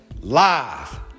live